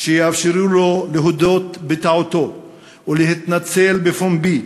שיאפשרו לו להודות בטעותו ולהתנצל בפומבי,